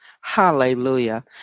hallelujah